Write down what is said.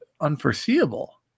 unforeseeable